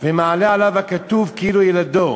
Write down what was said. ומעלה עליו הכתוב כאילו ילדו.